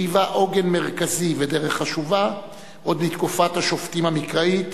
שהיווה עוגן מרכזי ודרך חשובה עוד מתקופת השופטים המקראית,